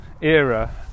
era